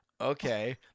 okay